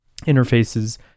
interfaces